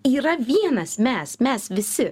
yra vienas mes mes visi